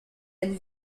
and